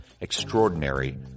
Extraordinary